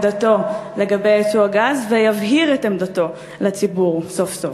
בו מעמדתו לגבי יצוא הגז ויבהיר את עמדתו לציבור סוף-סוף?